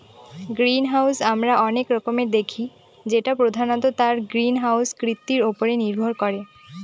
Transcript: greenhouse আমরা অনেক রকমের দেখি যেটা প্রধানত তার গ্রিনহাউস কৃতির উপরে নির্ভর করে